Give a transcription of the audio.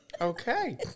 okay